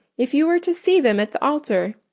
if you were to see them at the altar,